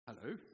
hello